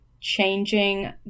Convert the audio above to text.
changing